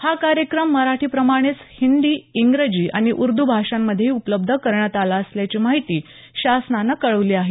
हा कार्यक्रम मराठी प्रमाणेच हिंदी इंग्रजी आणि उर्द भाषांमध्येही उपलब्ध करण्यात आला असल्याची माहिती शासनानं कळवली आहे